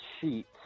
sheets